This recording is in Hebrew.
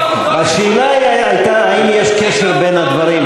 השאלה הייתה אם יש קשר בין הדברים פה.